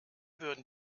würden